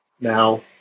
Now